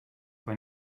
when